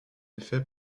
effet